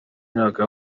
myaka